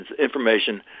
information